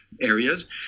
areas